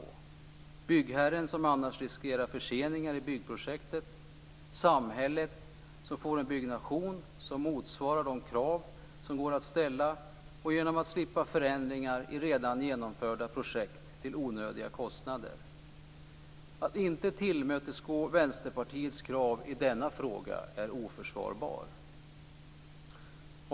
Det gäller både byggherren, som annars riskerar förseningar i byggprojektet, och samhället, som får en byggnation som motsvarar de krav som går att ställa och slipper förändringar av redan genomförda projekt till onödiga kostnader. Att inte tillmötesgå Vänsterpartiets krav i denna fråga är oförsvarbart.